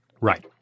Right